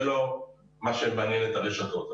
זה לא מה שמעניין את הרשתות.